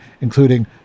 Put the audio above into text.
including